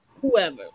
whoever